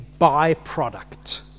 byproduct